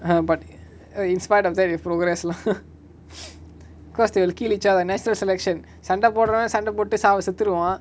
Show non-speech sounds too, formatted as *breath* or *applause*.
uh but in spite of that we progress lah *laughs* *breath* cause they will kill each other natural selection சண்ட போடுரவ சண்ட போட்டு சாவு செத்துருவா:sanda podurava sanda potu saavu sethuruva